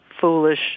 foolish